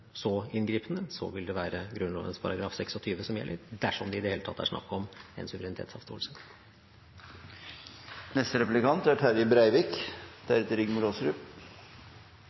så inngripende, vil det være Grunnloven § 26 som gjelder – dersom det i det hele tatt er snakk om en